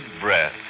breath